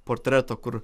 portreto kur